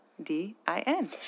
D-I-N